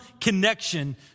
connection